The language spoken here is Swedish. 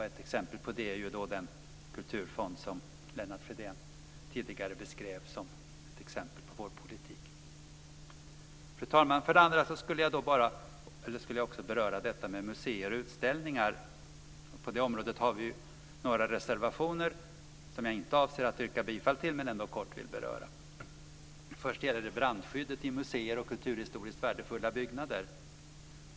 Ett exempel på det är den kulturfond som Lennart Fridén tidigare beskrev som ett exempel på vår politik. Fru talman! För det andra vill jag också beröra detta med museer och utställningar. På det området har vi några reservationer som jag inte avser att yrka bifall till men ändå kort vill beröra. Först gäller det brandskyddet i museer och kulturhistoriskt värdefulla byggnader.